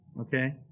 okay